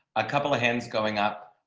a couple of hands going up.